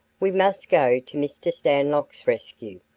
we must go to mr. stanlock's rescue,